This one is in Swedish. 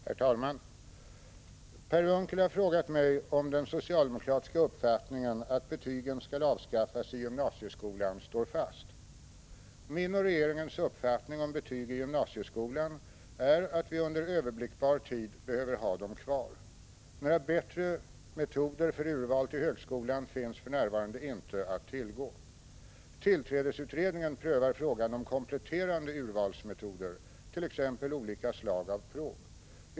Herr talman! Per Unckel har frågat mig om den socialdemokratiska uppfattningen, att betygen skall avskaffas i gymnasieskolan, står fast. Min och regeringens uppfattning om betyg i gymnasieskolan är att vi under överblickbar tid behöver ha dem kvar. Några bättre metoder för urval till högskolan finns för närvarande inte att tillgå. Tillträdesutredningen prövar frågan om kompletterande urvalsmetoder, t.ex. olika slag av prov.